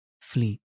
fleet